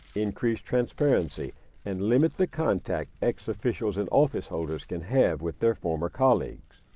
increase transparency and limit the contact ex-officials and officeholders can have with their former colleagues.